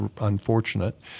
unfortunate